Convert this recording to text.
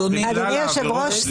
אדוני היושב-ראש,